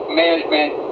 management